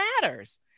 matters